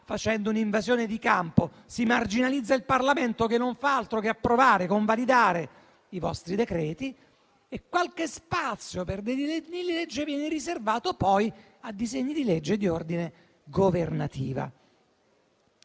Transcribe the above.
facendo un'invasione di campo. Si marginalizza il Parlamento, che non fa altro che approvare e convalidare i vostri decreti e qualche spazio per i disegni di legge viene riservato a quelli di iniziativa governativa.